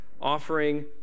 offering